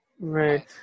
Right